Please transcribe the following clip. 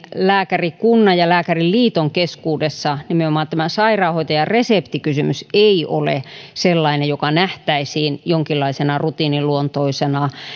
lääkärikunnan ja lääkäriliiton keskuudessa nimenomaan tämä sairaanhoitajareseptikysymys ei ole sellainen joka nähtäisiin jonkinlaisena rutiiniluontoisena